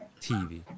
TV